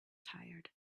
tired